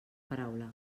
paraula